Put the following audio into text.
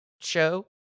show